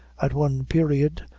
at one period,